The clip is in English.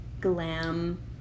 glam